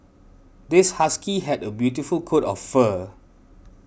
this husky has a beautiful coat of fur